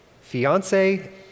fiance